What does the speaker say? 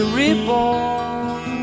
reborn